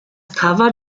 cover